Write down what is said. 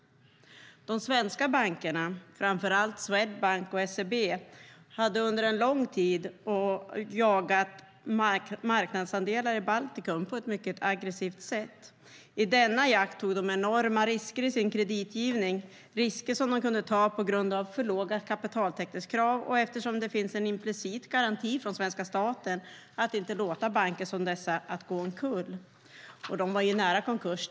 De svenska bankerna, framför allt Swedbank och SEB, hade under en lång tid jagat marknadsandelar i Baltikum på ett mycket aggressivt sätt. I denna jakt tog de enorma risker i sin kreditgivning, risker som de kunde ta på grund av för låga kapitaltäckningskrav och eftersom det finns en implicit garanti från svenska staten att inte låta banker som dessa gå omkull. De var ju nära konkurs.